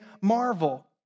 marvel